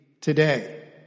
today